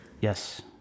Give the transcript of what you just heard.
Yes